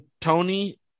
Tony